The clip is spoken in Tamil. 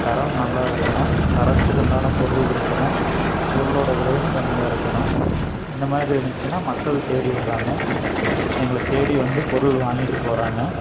தரம் நல்லா இருக்கணும் தரத்துக்கு உண்டான பொருள் இருக்கணும் பொருளோடய விலையும் கம்மியாக இருக்கணும் இந்த மாதிரி இருந்துச்சின்னா மக்கள் தேடி வராங்க எங்களை தேடி வந்து பொருள் வாங்கிகிட்டு போறாங்க